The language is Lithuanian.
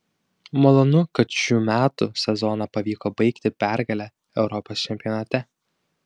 malonu kad šių metų sezoną pavyko baigti pergale europos čempionate